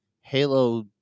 Halo